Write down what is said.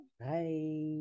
Bye